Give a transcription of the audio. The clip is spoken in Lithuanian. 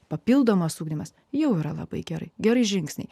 papildomas ugdymas jau yra labai gerai gerai žingsnį